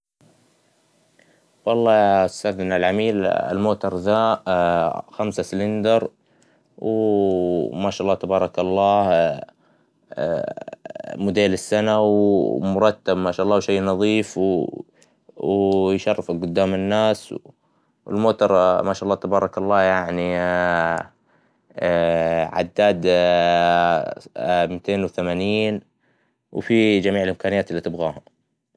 والله يا أستاذنا العميل الموتر ذا خمسة سلندر ، وو- وماشاء الله تبارك الله موديل السنة ومرتب ما شاء الله وشى نظيف ، ويشرفك قدام الناس والموتر ما شاء الله تبارك الله يعنى عداد متين وتمانين وفى جميع الإمكانيات اللى تبغاها.